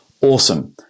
awesome